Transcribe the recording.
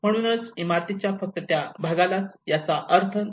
म्हणूनच इमारतीच्या फक्त त्या भागालाच याचा अर्थ नाही